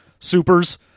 supers